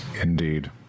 indeed